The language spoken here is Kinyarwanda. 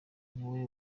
niwe